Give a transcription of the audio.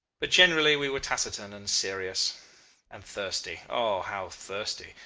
but generally we were taciturn and serious and thirsty. oh! how thirsty!